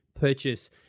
purchase